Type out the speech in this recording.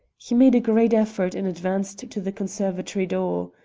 he made a great effort and advanced to the conservatory door.